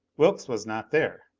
wilks was not there.